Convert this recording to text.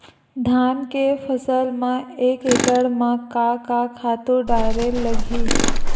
धान के फसल म एक एकड़ म का का खातु डारेल लगही?